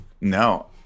No